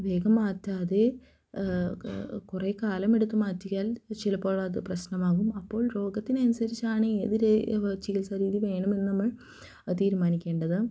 വേഗം മാറ്റാതെ കുറെ കാലമെടുത്ത് മാറ്റിയാൽ ചിലപ്പോളത് പ്രശ്നമാകും അപ്പോൾ രോഗത്തിനനുസരിച്ചാണ് ഏതൊരു ചികിത്സാ രീതി വേണമെന്ന് നമ്മൾ തീരുമാനിക്കേണ്ടത്